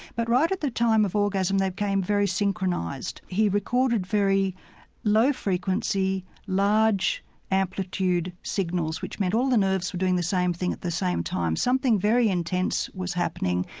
but right at the time of orgasm they became very synchronised. he recorded very low frequency, large amplitude signals which meant all the nerves were doing the same thing at the same time. something very intense was happening.